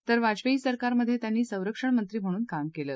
तर वाजपेयी सरकारमधे त्यांनी संरक्षण मंत्री म्हणून काम केलं